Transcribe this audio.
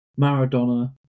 maradona